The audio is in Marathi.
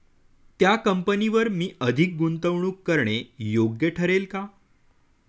त्या कंपनीवर मी अधिक गुंतवणूक करणे योग्य ठरेल का?